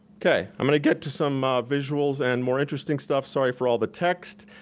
okay, i'm gonna get to some visuals and more interesting stuff. sorry for all the text,